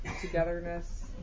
togetherness